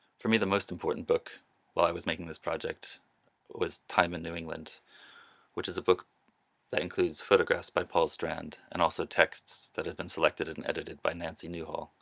for me the most important book while i was making this project was time in new england which is a book that includes photographs by paul strand and also texts that have been selected and edited by nancy newhall,